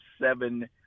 seven